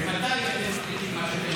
ממתי אתם מחליטים מה שאתם